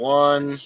one